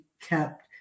kept